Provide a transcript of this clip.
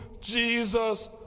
Jesus